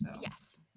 Yes